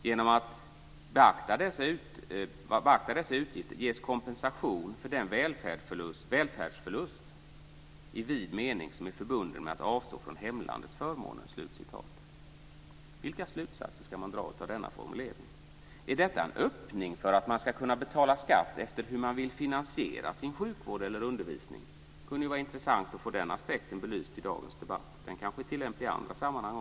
Genom att beakta dessa utgifter ges kompensation för den 'välfärdsförlust' i vid mening som är förbunden med att avstå från hemlandets förmåner." Vilka slutsatser ska man dra av denna formulering? Är detta en öppning för att man ska kunna betala skatt efter hur man vill finansiera sin sjukvård eller undervisning? Det kunde ju vara intressant att få den aspekten belyst i dagens debatt. Den kanske är tillämplig också i andra sammanhang.